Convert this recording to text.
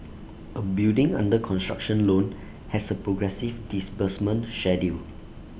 A building under construction loan has A progressive disbursement schedule